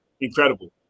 incredible